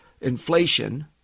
inflation